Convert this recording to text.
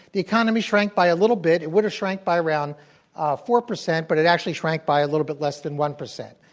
the economy shrank by a little bit, it would've shrunk by around four percent, but it actually shrank by a little bit less than one percent.